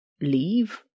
Leave